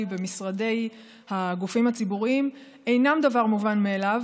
במשרדי הגופים הציבוריים אינן דבר מובן מאליו,